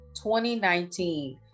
2019